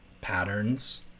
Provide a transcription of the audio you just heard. patterns